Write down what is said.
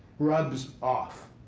rubs off.